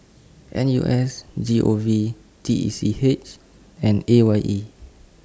N U S G O V T E C H and A Y E